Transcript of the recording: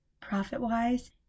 profit-wise